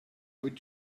would